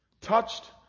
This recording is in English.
touched